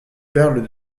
perles